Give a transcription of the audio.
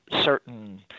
certain